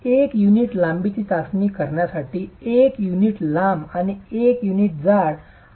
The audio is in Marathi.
एक युनिट लांबीची चाचणी करण्यासाठी एक युनिट लांब आणि एक युनिट जाड आपण 1